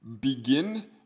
begin